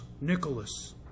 nicholas